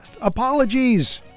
Apologies